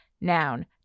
noun